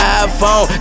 iPhone